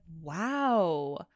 wow